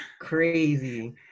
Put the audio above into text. crazy